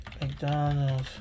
McDonald's